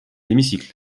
l’hémicycle